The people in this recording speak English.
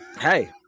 hey